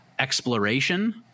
exploration